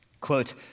quote